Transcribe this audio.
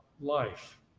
life